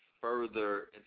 further